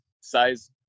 size